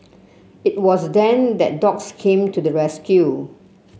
it was then that dogs came to the rescue